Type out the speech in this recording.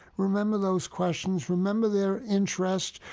remember those questions. remember their interest.